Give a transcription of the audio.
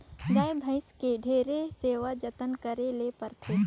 गाय, भइसी के ढेरे सेवा जतन करे ले परथे